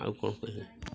ଆଉ କ'ଣ କହିଲେ